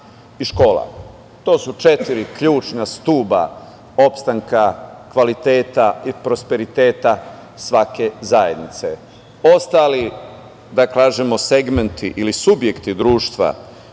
i škola, to su četiri ključna stuba opstanka kvaliteta i prosperiteta svake zajednice. Ostali, da kažemo, segmenti ili subjekti društva,